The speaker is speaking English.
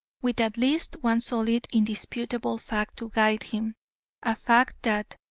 with at least one solid, indisputable fact to guide him a fact that,